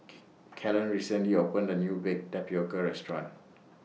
K Kellen recently opened A New Baked Tapioca Restaurant